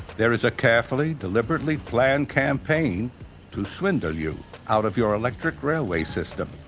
there is a carefully, deliberately planned campaign to swindle you out of your electric railway system.